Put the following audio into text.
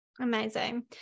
Amazing